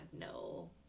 no